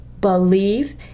believe